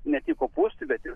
ne tik kopūstų bet ir